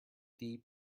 deep